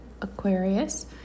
Aquarius